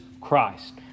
Christ